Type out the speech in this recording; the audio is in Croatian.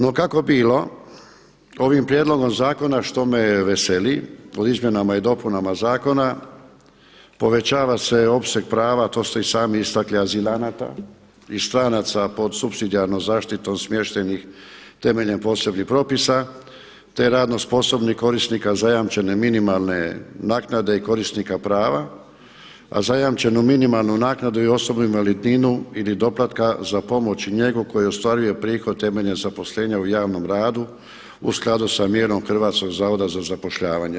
No kako bilo, ovim prijedlogom zakona što me veseli u izmjenama i dopunama zakona povećava se opseg prava, to ste i sami istakli azilanata i stranaca pod supsidijarnom zaštitom smještenih temeljem posebnih propisa, te radno sposobnih korisnika zajamčene minimalne naknade i korisnika prava, a zajamčenu minimalnu naknadu i osobnu invalidninu ili doplatka za pomoć i njegu koji ostvaruje prihod temeljem zaposlenja u javnom radu u skladu sa mjerom Hrvatskog zavoda za zapošljavanje.